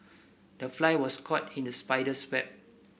the fly was caught in the spider's web